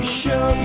show